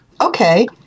Okay